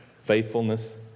faithfulness